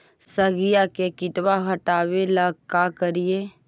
सगिया से किटवा हाटाबेला का कारिये?